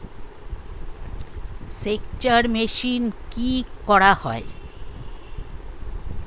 সেকচার মেশিন কি করা হয়?